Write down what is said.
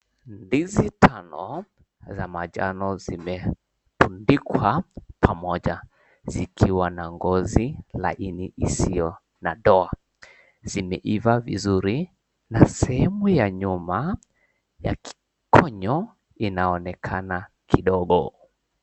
Ndizi tano za manjano zimetundikwa pamoja zikiwa na ngozi laini isio na doa, zimeiva vizuri na sehemu ya nyuma ya kikonyo inaonekana kidogo.